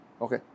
Okay